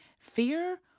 Fear